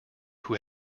who